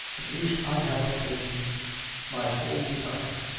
at least, i have obtained my whole desire,